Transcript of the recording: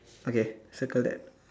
okay circle that